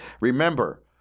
remember